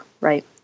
right